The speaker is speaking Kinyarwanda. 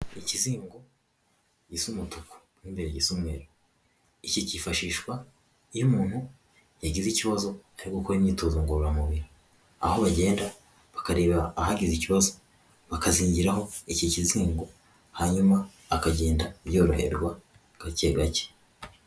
Ikizingo gisa umutuku mo imbere gisa umweru, iki kifashishwa iyo umuntu yagize ikibazo ari gukora imyitozo ngororamubiri, aho bagenda bakareba ahagize ikibazo, bakazingiraho iki kizingo hanyuma akagenda yoroherwa gake gake.